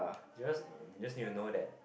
because just new to know that